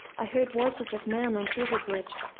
i heard voices of men on twizel bridge,